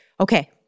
okay